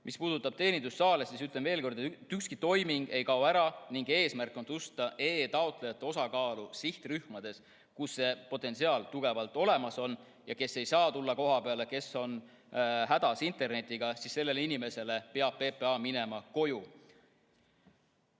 Mis puudutab teenindussaale, siis ütlen veel kord: ükski toiming ei kao ära ning eesmärk on tõsta e‑taotlejate osakaalu sihtrühmades, kus see potentsiaal tugevalt olemas on. Sellele inimesele, kes ei saa tulla kohapeale, kes on hädas interneti kasutamisega, peab PPA minema koju.